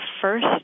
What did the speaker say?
first